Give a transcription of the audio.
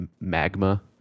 magma